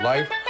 Life